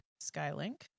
Skylink